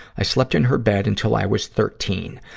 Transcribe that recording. i slept in her bed until i was thirteen.